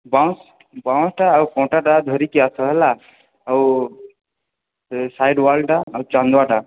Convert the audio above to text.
ବାଉଁଶ ବାଉଁଶଟା ଆଉ କଣ୍ଟାଟା ଧରିକି ଆସ ହେଲା ଆଉ ସେ ସାଇଡ୍ ୱାଲ୍ଟା ଆଉ ଚାନ୍ଦୁଆଟା